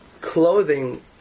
clothing